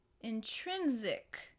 Intrinsic